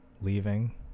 leaving